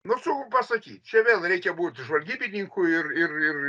nu sunku pasakyt čia vėl reikia būt žvalgybininku ir ir ir